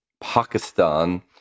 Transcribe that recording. Pakistan